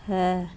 ਹੈ